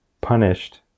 punished